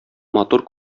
матур